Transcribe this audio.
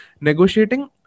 Negotiating